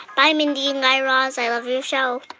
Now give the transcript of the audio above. bye, mindy and guy raz. i love your show